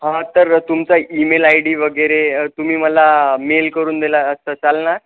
हा तर तुमचा ईमेल आय डी वगैरे तुम्ही मला मेल करून दिला असता चालणार